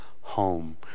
home